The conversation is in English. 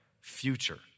future